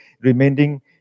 Remaining